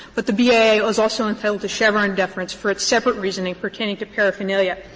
but the bia was also entitled to chevron deference for its separate reasoning pertaining to paraphernalia.